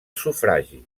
sufragi